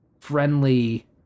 friendly